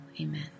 Amen